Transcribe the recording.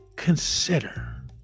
Consider